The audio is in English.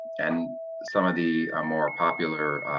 and some of the more popular